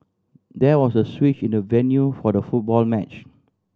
there was a switch in the venue for the football match